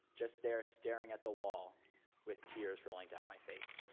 just there, staring at the wall with tears rolling down my face.